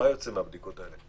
מה יוצא מהבדיקות האלה?